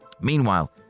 Meanwhile